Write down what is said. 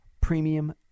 premium